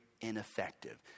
ineffective